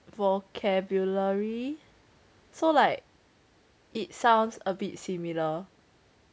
vocabulary so like it sounds a bit similar